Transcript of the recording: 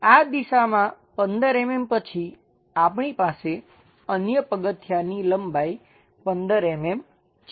આ દિશામાં 15 mm પછી આપણી પાસે અન્ય પગથિયાની લંબાઈ 15 mm છે